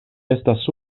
estas